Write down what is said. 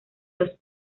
los